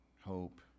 hope